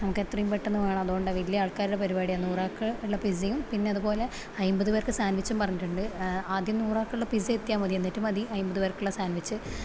നമുക്ക് എത്രയും പെട്ടെന്ന് വേണം അതുകൊണ്ടാണ് വലിയ ആൾക്കാരുടെ പരിപാടിയാണ് നൂറ് ആൾക്ക് ഉള്ള പിസയും പിന്നെ അതുപോലെ അമ്പത് പേർക്ക് സാൻവിച്ചും പറഞ്ഞിട്ടുണ്ട് ആദ്യം നൂറാൾക്കുള്ള പിസ എത്തിയാൽ മതി എന്നിട്ട് മതി അമ്പത് പേർക്കുള്ള സാൻവിച്ച്